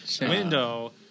window